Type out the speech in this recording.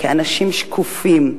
כאנשים שקופים.